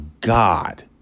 God